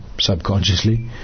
subconsciously